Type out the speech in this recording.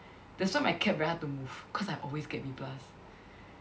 that's why my CAP very hard to move because I always get B plus